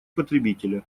потребителя